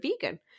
vegan